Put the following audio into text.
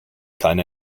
keine